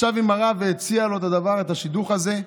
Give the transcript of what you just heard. ישב עם הרב והציע לו את השידוך הזה.